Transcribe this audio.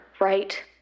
right